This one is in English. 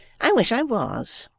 i wish i was.